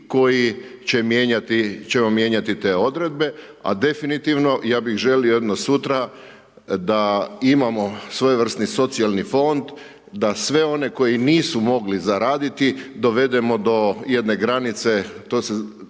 koji će mijenjati te odredbe, a definitivno, ja bih želio da imamo svojevrsni socijalni fond, da sve one koji nisu mogli zaraditi dovedemo do jedne granice, to se